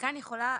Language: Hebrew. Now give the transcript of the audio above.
וכאן יכולה,